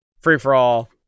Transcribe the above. free-for-all